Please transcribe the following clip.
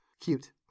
cute